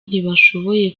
ntibashoboye